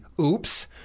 oops